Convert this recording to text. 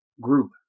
group